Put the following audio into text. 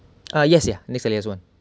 ah yes ya next earliest [one]